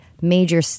major